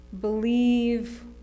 believe